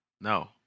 No